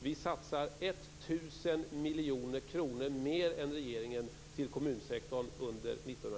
Vi satsar 1 000 miljoner kronor mer än regeringen till kommunsektorn under